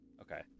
Okay